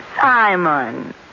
Simon